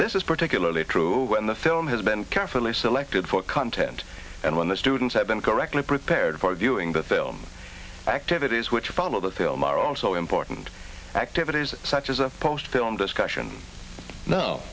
this is particularly true when the film has been carefully selected for content and when the students have been correctly prepared for viewing both ilm activities which follow the film are also important activities such as a post film discussion no